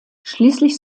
schließlich